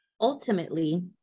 ultimately